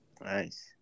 nice